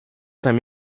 tem